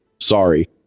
Sorry